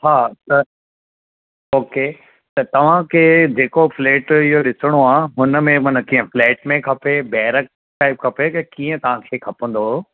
हा त ओके त तव्हांखे जेको फ्लैट इयो ॾिसणो आहे हुनमें माना कीअं फ्लैट में खपे बैरक टाइप खपे की कीअं तव्हांखे खपंदो हुयो